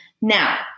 Now